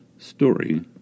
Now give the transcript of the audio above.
Story